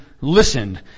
listened